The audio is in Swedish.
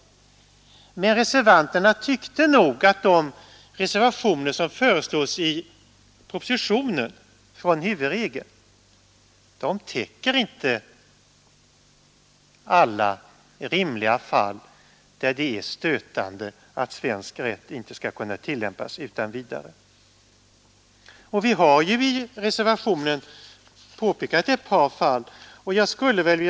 Men reservanterna anser att de undantag från huvudregeln som föreslås i propositionen inte täcker alla de fall där det är stötande att svensk rätt inte skall kunna tillämpas. Vi har i reservationen pekat på ett par sådana fall.